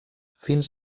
fins